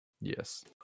yes